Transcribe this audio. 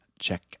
Check